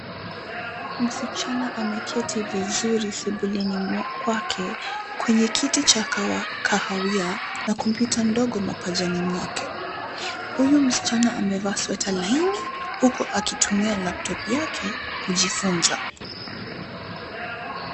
Msichana ameketi vizuri sebuleni kwake kwenye kiti cha kahawia na kompyuta ndogo mapajani mwake. Huyu msichana amevaa sweta laini huku akitumia laptop yake kujifunza.